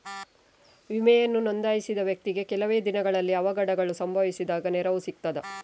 ವಿಮೆಯನ್ನು ನೋಂದಾಯಿಸಿದ ವ್ಯಕ್ತಿಗೆ ಕೆಲವೆ ದಿನಗಳಲ್ಲಿ ಅವಘಡಗಳು ಸಂಭವಿಸಿದಾಗ ನೆರವು ಸಿಗ್ತದ?